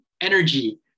Energy